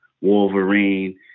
Wolverine